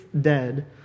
dead